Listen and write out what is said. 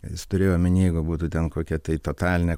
jei jis turėjo omeny jeigu būtų ten kokia tai totalinė